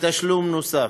בתשלום נוסף,